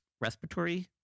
respiratory